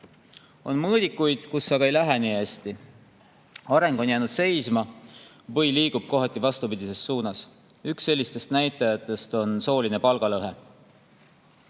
On mõõdikuid, mille puhul aga ei lähe nii hästi, areng on jäänud seisma või liigub kohati vastupidises suunas. Üks sellistest näitajatest on sooline palgalõhe.